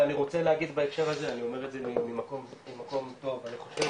ואני רוצה להגיד בהקשר הזה - אני אומר את זה ממקום טוב - אני חושב